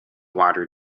water